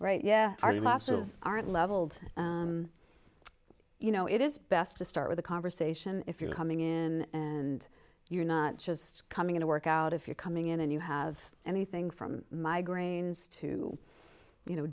right yeah are the masses aren't leveled you know it is best to start with a conversation if you're coming in and you're not just coming in to work out if you're coming in and you have anything from migraines to you know